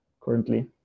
currently